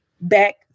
back